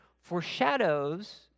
foreshadows